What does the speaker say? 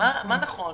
מה נכון?